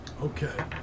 Okay